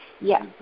Yes